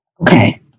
Okay